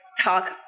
talk